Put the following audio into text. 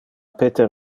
peter